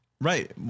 Right